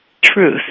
truth